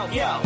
yo